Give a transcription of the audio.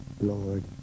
Lord